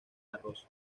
arroz